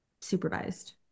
supervised